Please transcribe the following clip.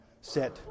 set